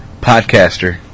Podcaster